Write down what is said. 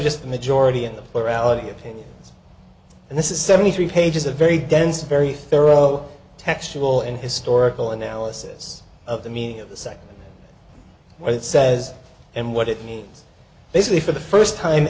just a majority in the plurality opinions and this is seventy three pages a very dense very thorough textual and historical analysis of the meaning of the second where it says and what it means basically for the first time